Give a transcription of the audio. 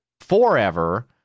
forever